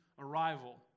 Arrival